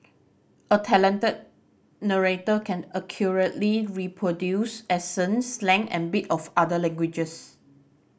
a talented narrator can accurately reproduce accents slang and bit of other languages